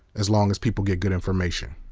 as long as people get good information.